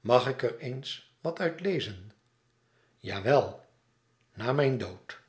mag ik er eens wat uit lezen jawel na mijn dood